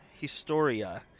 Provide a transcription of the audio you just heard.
Historia